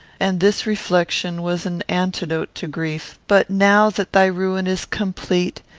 and this reflection was an antidote to grief but, now that thy ruin is complete,